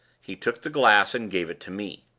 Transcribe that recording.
he took the glass, and gave it to me.